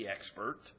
expert